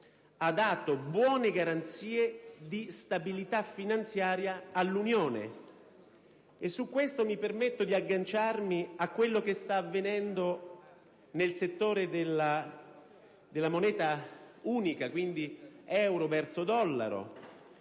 ha dato buone garanzie di stabilità finanziaria all'Unione. E su questo mi permetto di agganciarmi a quanto sta avvenendo nel settore della moneta unica, quindi al rapporto euro-dollaro.